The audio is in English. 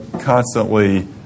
constantly